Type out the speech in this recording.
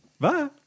Bye